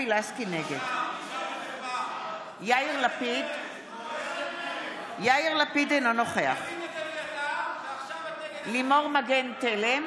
נגד יאיר לפיד, אינו נוכח לימור מגן תלם,